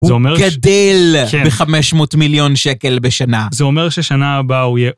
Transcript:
הוא גדל ב-500 מיליון שקל בשנה. זה אומר ששנה הבאה הוא יהיה...